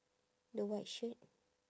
the white shirt